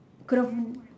couldn't